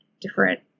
different